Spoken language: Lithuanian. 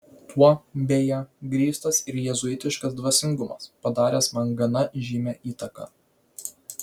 tuo beje grįstas ir jėzuitiškas dvasingumas padaręs man gana žymią įtaką